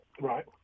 Right